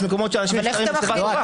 יש מקומות שאנשים נפטרים בהם בשיבה טובה.